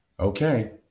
Okay